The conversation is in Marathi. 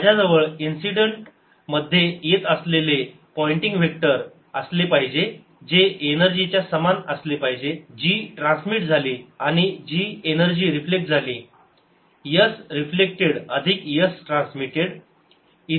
माझ्याजवळ इन्सिडेंट मध्ये येत असलेले पॉइंटिंग वेक्टर असले पाहिजे जे एनर्जी च्या समान असले पाहिजे झी ट्रान्समिट झाली आणि जी एनर्जी रिफ्लेक्ट झाली s रिफ्लेक्टेड अधिक s ट्रान्समिटेड